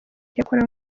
cyokora